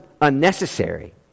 unnecessary